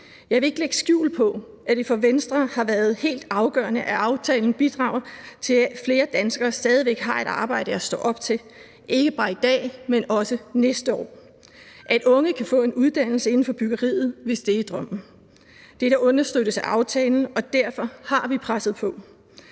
Jeg vil ikke lægge skjul på, at det for Venstre har været helt afgørende, at aftalen bidrager til, at flere danskere stadig væk har et arbejde at stå op til, ikke bare i dag, men også næste år, og at unge kan få en uddannelse inden for byggeriet, hvis det er drømmen. Dette understøttes af aftalen, og derfor har vi presset på.